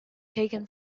taken